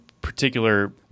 particular